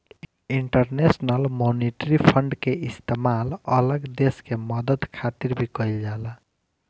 international monetary fund के इस्तेमाल अलग देश के मदद खातिर भी कइल जाला